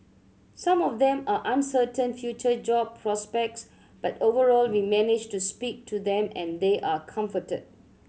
some of them are uncertain future job prospects but overall we managed to speak to them and they are comforted